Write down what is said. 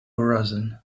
horizon